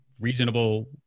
reasonable